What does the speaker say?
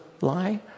lie